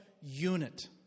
unit